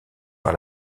par